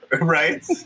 Right